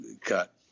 cut